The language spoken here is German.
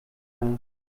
nach